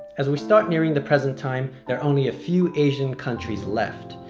as we start nearing the present time, there are only a few asian countries left.